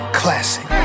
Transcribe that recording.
classic